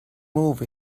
move